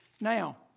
Now